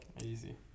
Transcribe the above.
Easy